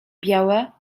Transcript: białe